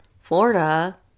florida